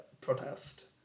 protest